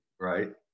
right